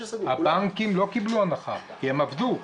הבנקים לא קיבלו הנחה, כי הם עבדו.